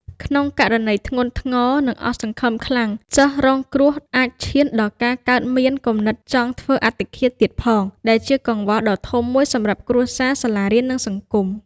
ក្នុងករណីធ្ងន់ធ្ងរ និងអស់សង្ឃឹមខ្លាំង សិស្សរងគ្រោះអាចឈានដល់ការកើតមាន គំនិតចង់ធ្វើអត្តឃាត ទៀតផង ដែលជាកង្វល់ដ៏ធំមួយសម្រាប់គ្រួសារ សាលារៀន និងសង្គម។